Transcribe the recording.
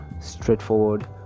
straightforward